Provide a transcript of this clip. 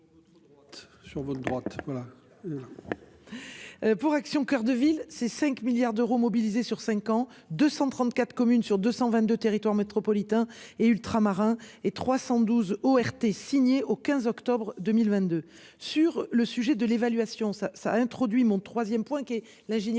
Sur votre droite, voilà. Pour Action coeur de ville, ces 5 milliards d'euros mobilisé sur 5 ans 234 communes sur 222 territoire métropolitain et ultramarin et 312 ORT signé au 15 octobre 2022 sur le sujet de l'évaluation, ça ça introduit mon 3ème point qui est la générique.